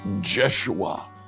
Jeshua